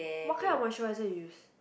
what kind of moisturizer you use